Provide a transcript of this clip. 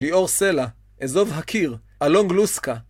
ליאור סלע, אזוב הקיר, אלון גלוסקא